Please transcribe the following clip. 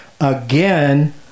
again